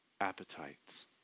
appetites